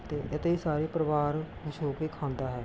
ਅਤੇ ਅਤੇ ਸਾਰਾ ਪਰਿਵਾਰ ਖੁਸ਼ ਹੋ ਕੇ ਖਾਂਦਾ ਹੈ